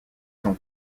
son